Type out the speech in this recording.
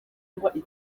malariya